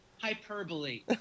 hyperbole